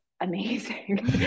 amazing